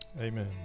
Amen